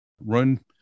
run